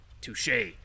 touche